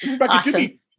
Awesome